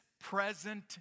present